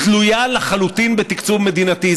תלויה לחלוטין בתקצוב מדינתי.